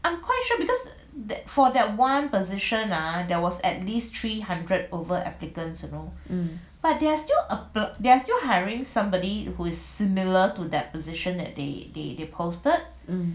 um um